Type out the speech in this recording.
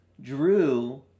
Drew